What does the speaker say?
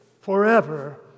forever